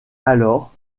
alors